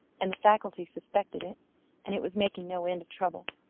and the faculty suspected it and it was making no end of trouble.